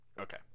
Okay